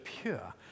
pure